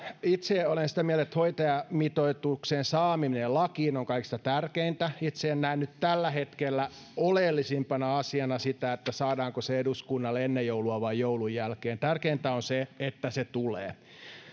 itse olen sitä mieltä että hoitajamitoituksen saaminen lakiin on kaikista tärkeintä itse en näe nyt tällä hetkellä oleellisimpana asiana sitä saadaanko se eduskunnalle ennen joulua vai joulun jälkeen tärkeintä on se että se tulee